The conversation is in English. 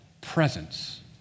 presence